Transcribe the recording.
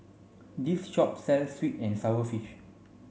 this shop sells sweet and sour fish